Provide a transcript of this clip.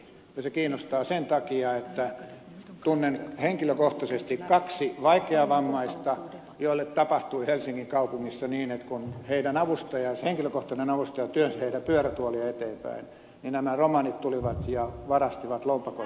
ja se kiinnostaa sen takia että tunnen henkilökohtaisesti kaksi vaikeavammaista joille tapahtui helsingin kaupungissa niin että kun heidän henkilökohtainen avustajansa työnsi heitä pyörätuolilla eteenpäin niin nämä romanit tulivat ja varastivat lompakon tältä työntäjältä